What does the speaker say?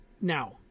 Now